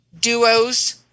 duos